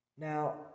Now